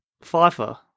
Pfeiffer